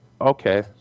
Okay